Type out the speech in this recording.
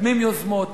מקדמים יוזמות.